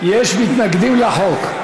יש מתנגדים לחוק.